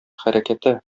хәрәкәте